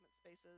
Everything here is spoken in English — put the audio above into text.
spaces